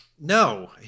No